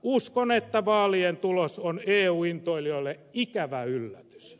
uskon että vaalien tulos on eu intoilijoille ikävä yllätys